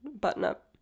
button-up